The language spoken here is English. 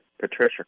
Patricia